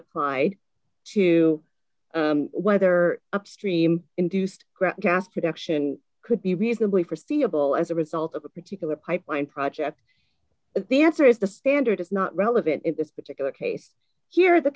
applied to whether upstream induced gas production could be reasonably forseeable as a result of a particular pipeline project the answer is the standard is not relevant in this particular case here the